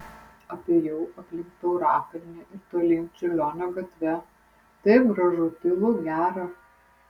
apėjau aplink taurakalnį ir tolyn čiurlionio gatve taip gražu tylu gera